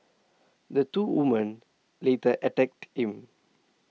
the two women later attacked him